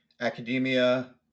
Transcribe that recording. academia